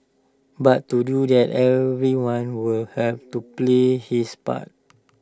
but to do that everyone will have to play his part